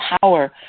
power